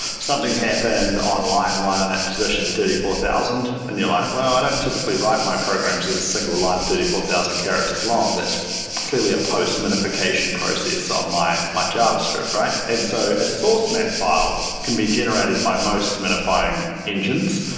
something happened on line one at position thirty four thousand. and you're like, well, i don't typically write my programs as a single line, thirty four thousand characters long. that's clearly a post-minification process on my my javascript. and so a source map file can be generated by most minifying engines,